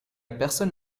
personne